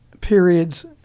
periods